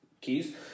keys